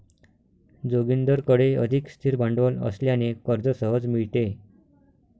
जोगिंदरकडे अधिक स्थिर भांडवल असल्याने कर्ज सहज मिळते